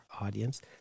audience